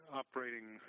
operating